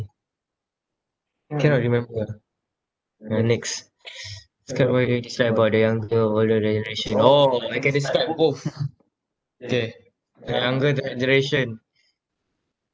cannot remember ah uh next describe what do you dislike about the younger or older generation orh I can describe both okay the younger generation